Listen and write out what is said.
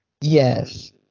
Yes